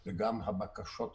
זה גם הבקשות החריגות,